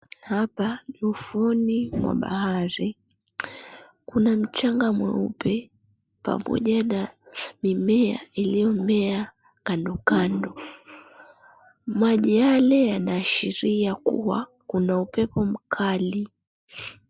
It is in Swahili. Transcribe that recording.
Hapa ni ufuoni mwa bahari. Kuna mchanga mweupe pamoja na mimea iliomea kando kando. Maji yale yanaashiria kuwa kuna upepo mkali.